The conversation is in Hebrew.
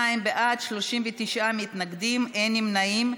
42 בעד, 39 מתנגדים ואין נמנעים.